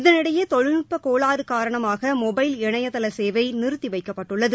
இதனிடையே தொழில்நுட்ப கோளாறு காரணமாக மொபைல் இணையதள சேவை நிறுத்திவைக்கப்பட்டுள்ளது